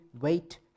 wait